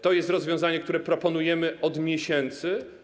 To jest rozwiązanie, które proponujemy od miesięcy.